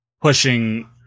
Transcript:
pushing